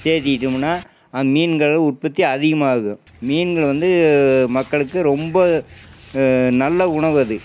சேர்த்திகிட்டோம்ன்னா மீன்கள் உற்பத்தி அதிகமாகும் மீன்கள் வந்து மக்களுக்கு ரொம்ப நல்ல உணவு அது